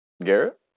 Garrett